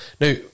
Now